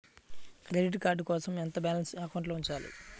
Credit card కోసం ఎంత balance అకౌంట్లో ఉంచాలి?